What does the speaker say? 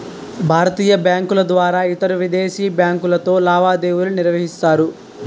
భారతీయ బ్యాంకుల ద్వారా ఇతరవిదేశీ బ్యాంకులతో లావాదేవీలు నిర్వహిస్తారు